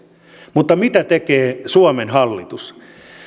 mutta mitä tekee suomen hallitus